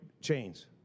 chains